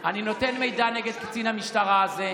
נגד קצין המשטרה הזה,